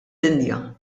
dinja